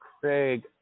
Craig